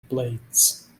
blades